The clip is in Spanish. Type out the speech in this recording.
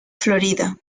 florida